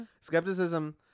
skepticism